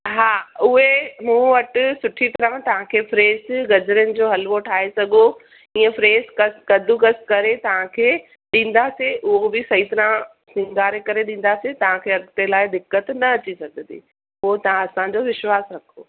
हा उहे मूं वटि सुठी तरह तव्हांखे फ्रेश गजरनि जो हलवो ठाए सॻो इअं फ्रेश कद कद्दुकस करे तव्हांखे ॾींदासीं उहो बि सही तरह सिंगारे करे ॾींदासीं तव्हांखे अॻिते लाइ दिक़त न अची सघंदी उहो तव्हां असांजो विश्वास रखो